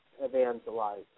evangelize